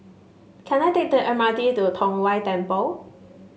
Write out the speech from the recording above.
can I take the M R T to Tong Whye Temple